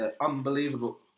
unbelievable